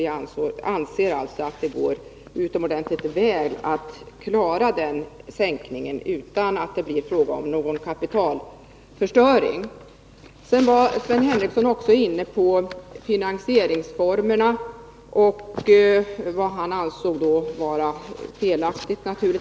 Vi anser att det mycket väl går att klara den sänkningen utan att det blir fråga om någon kapitalförstöring. Sven Henricsson var även inne på finansieringsformerna och framhöll vad han anser vara felaktigt.